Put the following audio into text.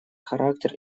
характер